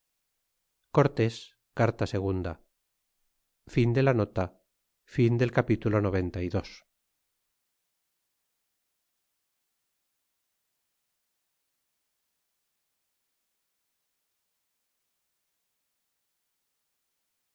cortés carta ii